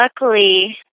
luckily